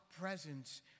presence